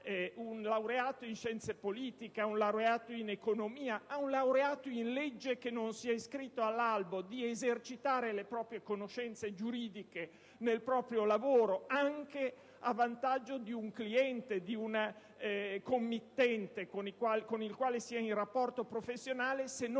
un laureato in scienze politiche, in economia o in legge, che non sia iscritto all'albo, di esercitare le proprie conoscenze giuridiche nel proprio lavoro, anche a vantaggio di un cliente o di un committente con il quale abbia instaurato un rapporto professionale: se non